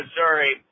Missouri